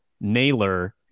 Naylor